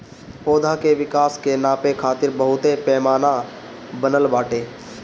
पौधा के विकास के नापे खातिर बहुते पैमाना बनल बाटे